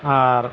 ᱟᱨ